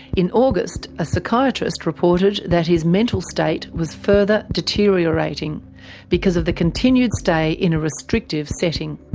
in august, a psychiatrist reported that his mental state was further deteriorating because of the continued stay in a restrictive setting.